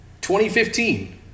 2015